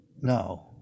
no